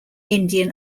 indian